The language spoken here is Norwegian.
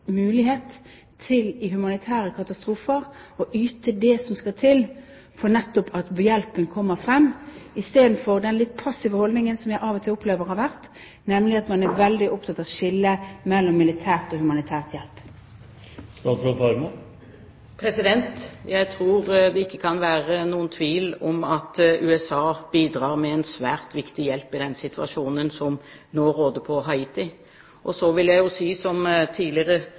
til i humanitære katastrofer å yte det som skal til for at hjelpen kommer frem, istedenfor den litt passive holdningen som jeg av og til opplever har vært der, nemlig at man er veldig opptatt av skillet mellom militær og humanitær hjelp. Jeg tror det ikke kan være noen tvil om at USA bidrar med en svært viktig hjelp i denne situasjonen som nå råder på Haiti. Så vil jeg, som tidligere bistandsminister, si